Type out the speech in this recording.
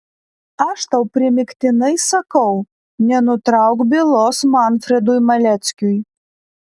aš tau primygtinai sakau nenutrauk bylos manfredui maleckiui